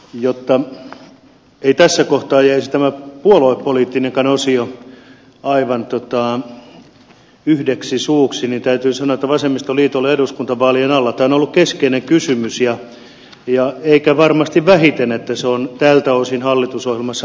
jotta ei tässä kohtaa jäisi tämä puoluepoliittinenkaan osio aivan yhdeksi suuksi niin täytyy sanoa että vasemmistoliitolle eduskuntavaalien alla tämä on ollut keskeinen kysymys eikä varmasti vähiten että se on tältä osin hallitusohjelmassa mukana